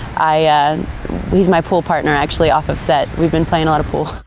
i mean he's my pool partner actually, off of set. we've been playing a lot of pool.